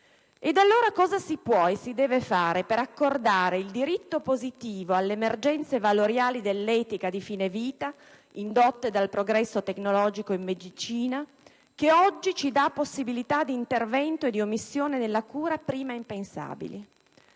Allora cosa si può e si deve fare per accordare il diritto positivo alle emergenze valoriali dell'etica di fine vita indotte dal progresso tecnologico in medicina, che oggi ci dà possibilità d'intervento e di omissione nella cura prima impensabili?